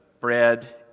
bread